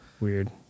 weird